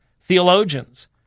theologians